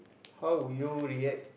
how would you react